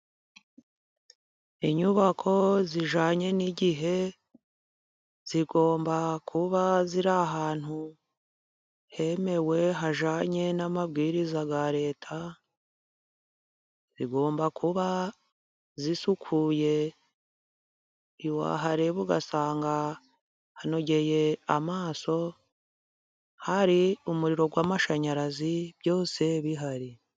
Inyubako zijyanye n'igihe zigomba kuba ziri ahantu hemewe hajyanye n'amabwiriza ya Leta . Zigomba kuba zisukuye , wahareba ugasanga hanogeye amaso, hari umuriro w'amashanyarazi, byose bihari.